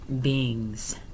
beings